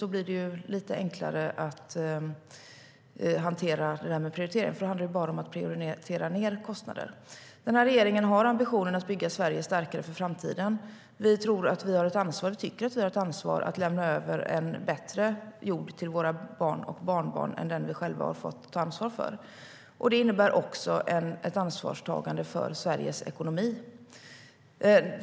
Då blir det lite enklare att hantera detta med prioritering, för då handlar det ju bara om att prioritera ned kostnader. Den här regeringen har ambitionen att bygga Sverige starkare för framtiden. Vi tycker att vi har ett ansvar att lämna över en bättre jord till våra barn och barnbarn än den vi själva har fått att ta ansvar för. Det innebär också ett ansvarstagande för Sveriges ekonomi.